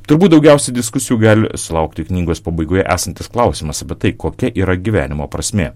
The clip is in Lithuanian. turbūt daugiausiai diskusijų gali sulaukti knygos pabaigoje esantis klausimas apie tai kokia yra gyvenimo prasmė